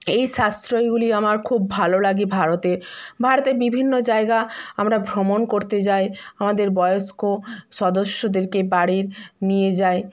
এই সাশ্রয়গুলি আমার খুব ভালো লাগে ভারতে ভারতের বিভিন্ন জায়গা আমরা ভ্রমণ করতে যাই আমাদের বয়স্ক সদস্যদেরকে বাড়ির নিয়ে যায়